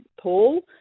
Paul